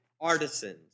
artisans